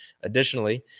Additionally